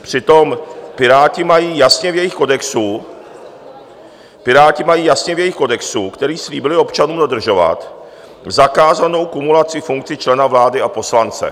Přitom Piráti mají jasně v jejich kodexu, Piráti mají jasně v jejich kodexu, který slíbili občanům dodržovat, zakázanou kumulaci funkci člena vlády a poslance.